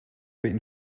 been